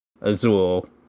Azul